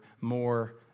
more